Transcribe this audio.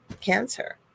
cancer